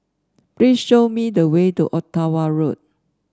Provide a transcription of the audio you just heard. please show me the way to Ottawa Road